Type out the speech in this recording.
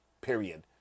period